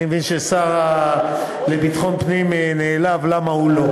אני מבין שהשר לביטחון פנים נעלב למה הוא לא,